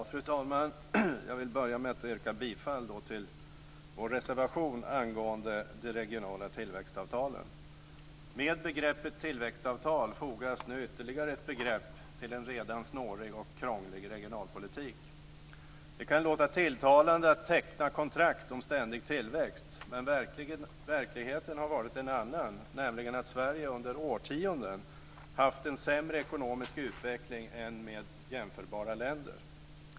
Fru talman! Jag vill börja med att yrka bifall till vår reservation angående de regionala tillväxtavtalen. Med begreppet tillväxtavtal fogas nu ytterligare ett begrepp till en redan snårig och krånglig regionalpolitik. Det kan låta tilltalande att teckna kontrakt om ständig tillväxt. Men verkligheten har varit en annan, nämligen att Sverige under årtionden haft en sämre ekonomisk utveckling än jämförbara länder.